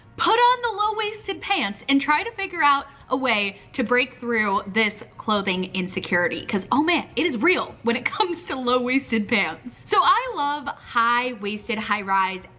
put on the low waisted pants, and try to figure out a way to break through this clothing insecurity. cause oh man, it is real when it comes to low waisted pants. so i love high waisted, high rise,